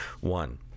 One